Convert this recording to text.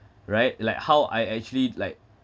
right like how I actually like